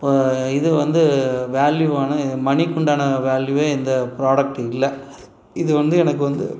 இது வந்து வேல்யூவான மணிக்கு உண்டான வேல்யூவே இந்த ப்ராடக்ட் இல்லை இது வந்து எனக்கு வந்து